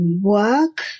work